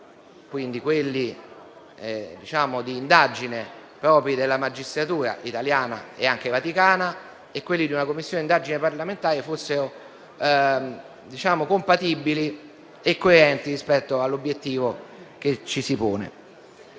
questi strumenti di indagine, propri della magistratura italiana e anche vaticana, e quelli di una Commissione di inchiesta parlamentare fossero compatibili e coerenti rispetto all'obiettivo che ci si pone.